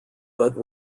but